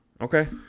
Okay